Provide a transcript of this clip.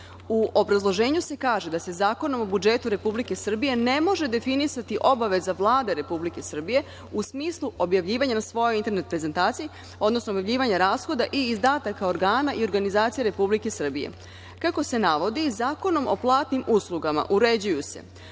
obrazloženju se kaže da se Zakonom o budžetu Republike Srbije ne može definisati obaveza Vlade Republike Srbije u smislu objavljivanja na svojoj internet prezentaciji, odnosno objavljivanja rashoda i izdataka organa i organizacija Republike Srbije. Kako se navodi, Zakonom o platnim uslugama uređuju se